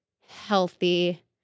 healthy